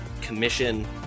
commission